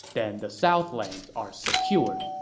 then the southlands are secure.